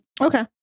Okay